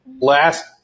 last